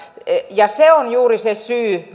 ja se on juuri se syy